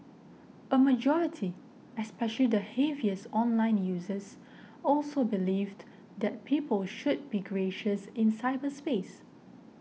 a majority especially the heaviest online users also believed that people should be gracious in cyberspace